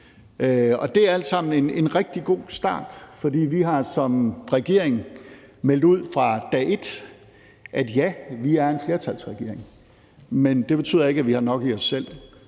Det er alt sammen en rigtig god start, for vi har som regering meldt ud fra dag et, at vi er en flertalsregering, ja, men det betyder ikke, at vi har nok i os selv.